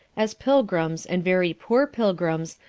as pilgrims, and very poor pilgrims,